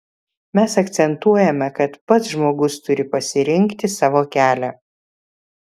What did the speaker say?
mes akcentuojame kad pats žmogus turi pasirinkti savo kelią